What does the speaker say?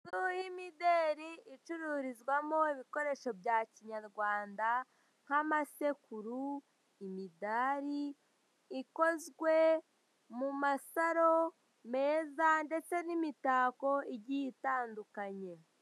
Inzu y'imideri icururizwamo ibikoresho bya kinywarwanda nk'amasekuru, imidari, ikozwe mumasaro meza ndeste n'imitako igiye itandukanye.